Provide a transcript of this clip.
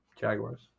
Jaguars